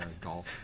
golf